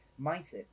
Mindset